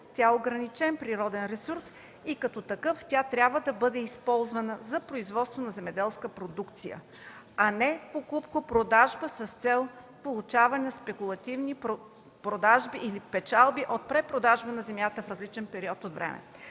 тя е ограничен природен ресурс и като такъв трябва да бъде използвана за производство на земеделска продукция, а не покупко-продажба с цел получаване спекулативни продажби или печалби от препродажба на земята в различен период от време.